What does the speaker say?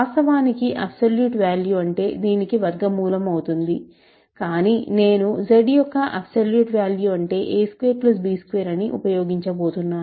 వాస్తవానికి absolute value అంటే దీనికి వర్గమూలం అవుతుంది కానీ నేను z యొక్క అబ్సోల్యూట్ వాల్యుఅంటే a2 b2 అని ఉపయోగించబోతున్నాను